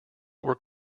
were